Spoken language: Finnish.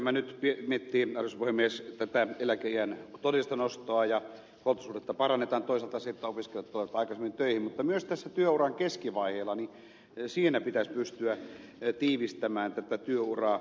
rantalan työryhmä nyt miettii tätä eläkeiän todellista nostoa ja huoltosuhdetta parannetaan toisaalta siten että opiskelijat tulevat aikaisemmin töihin mutta myös tässä työuran keskivaiheilla pitäisi pystyä tiivistämään tätä työuraa